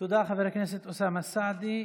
תודה, חבר הכנסת אוסאמה סעדי.